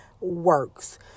works